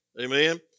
Amen